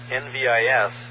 NVIS